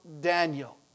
Daniel